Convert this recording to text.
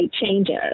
changes